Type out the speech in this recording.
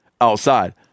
outside